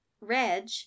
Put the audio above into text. Reg